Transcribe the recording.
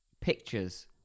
Pictures